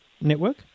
network